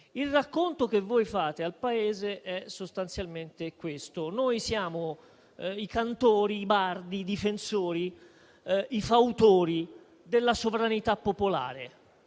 Il racconto che voi fate al Paese è sostanzialmente questo: "Noi siamo i cantori, i bardi, i difensori, i fautori della sovranità popolare